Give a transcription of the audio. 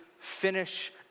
finish